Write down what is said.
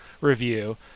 review